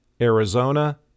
Arizona